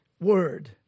word